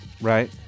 right